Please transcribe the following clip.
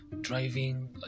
driving